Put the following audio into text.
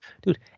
Dude